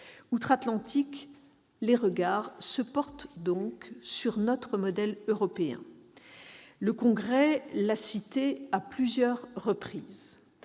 Outre-Atlantique, les regards se portent donc sur notre modèle européen, que le Congrès a cité à plusieurs reprises.